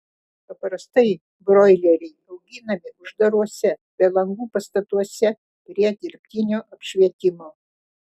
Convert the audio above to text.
paprastai broileriai auginami uždaruose be langų pastatuose prie dirbtinio apšvietimo